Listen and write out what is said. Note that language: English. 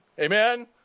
Amen